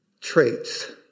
traits